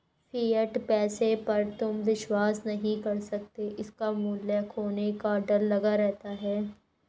fiat पैसे पर तुम विश्वास नहीं कर सकते इसका मूल्य खोने का डर लगा रहता है